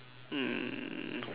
mm